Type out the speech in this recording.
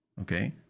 okay